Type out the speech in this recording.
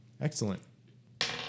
Excellent